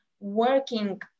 working